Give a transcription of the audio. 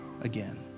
Again